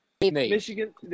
Michigan